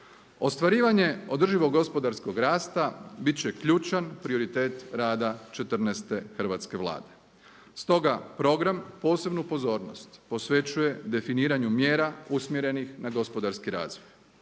Ostvarivanje održivog gospodarskog rasta bit će ključan prioritet rada četrnaeste hrvatske Vlade. Stoga program posebnu pozornost posvećuje definiranju mjera usmjerenih na gospodarski razvoj.